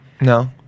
No